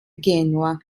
genua